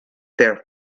there